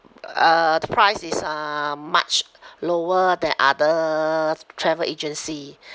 uh the price is uh much lower than other travel agency